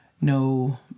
no